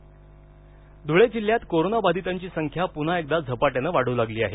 धळे बाधित धुळे जिल्ह्यात कोरोना बाधितांची संख्या पुन्हा एकदा झपाट्याने वाढू लागली आहे